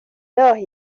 dos